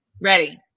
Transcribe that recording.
Ready